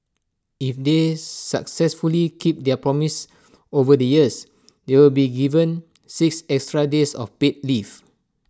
if they successfully keep their promise over the years they'll be given six extra days of paid leave